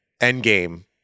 Endgame